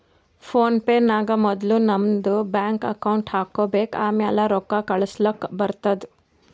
phone pay ನಾಗ್ ಮೊದುಲ್ ನಮ್ದು ಬ್ಯಾಂಕ್ ಅಕೌಂಟ್ ಹಾಕೊಬೇಕ್ ಆಮ್ಯಾಲ ರೊಕ್ಕಾ ಕಳುಸ್ಲಾಕ್ ಬರ್ತುದ್